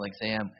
exam